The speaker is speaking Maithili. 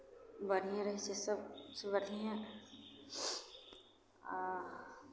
बढ़िएँ रहै छै सभ सभ बढ़िएँ आ